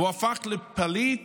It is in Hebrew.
והוא הפך לפליט